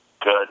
good